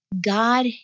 God